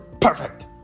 perfect